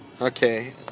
Okay